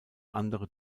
andere